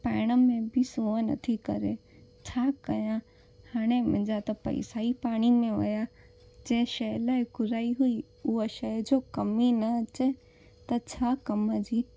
पाइण में बि सोअ नथी करे छा कया हाणे मुंहिंजा त पैसा ई पाणी में विया जंहिं शइ लाइ घुराई हुई उहा शइ जो कमु ई न अचे त छा कम जी